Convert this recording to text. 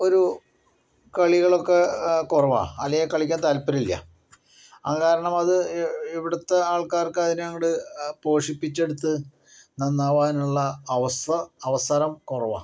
ഒരു കളികളൊക്കെ കുറവാണ് അല്ലെങ്കിൽ കളിക്കാൻ താല്പര്യല്ല അതുകാരണം അത് ഇവിടുത്തെ ആൾക്കാർക്ക് അതിനോട് പോഷിപ്പിച്ചെടുത്ത് നന്നാവാൻ ഉള്ള അവസ്ഥ അവസരം കുറവാണ്